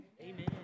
Amen